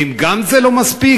ואם גם זה לא מספיק,